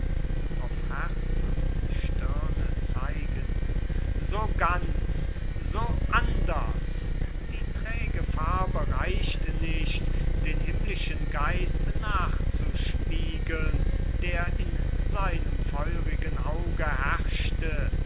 und stirne zeigend so ganz so anders die träge farbe reicht nicht den himmlischen geist nachzuspiegeln der in seinem feurigen auge herrschte